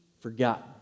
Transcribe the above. forgotten